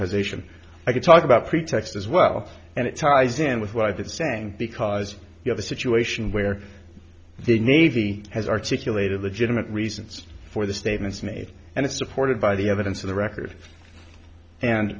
position i could talk about pretext as well and it ties in with why they're saying because you have a situation where the navy has articulated legitimate reasons for the statements made and it's supported by the evidence of the record and